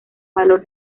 valor